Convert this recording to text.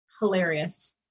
Hilarious